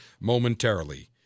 momentarily